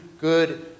good